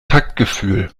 taktgefühl